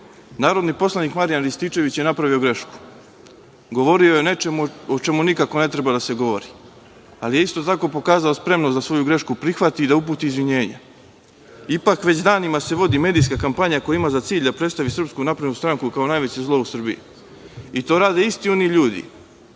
meseci. Narodni poslanik Marijan Rističević je napravio grešku. Govorio je o nečemu o čemu nikako ne treba da se govori, ali je isto tako pokazao spremnog da svoju grešku prihvati i da uputi izvinjenje. Ipak, već danima se vodi medijska kampanja koja ima za cilj da predstavi SNS kao najveće zlo u Srbiji i to rade isti oni ljudi